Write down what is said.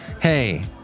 Hey